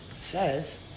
says